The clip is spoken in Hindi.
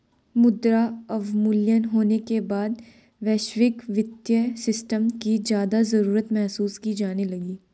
मुद्रा अवमूल्यन होने के बाद वैश्विक वित्तीय सिस्टम की ज्यादा जरूरत महसूस की जाने लगी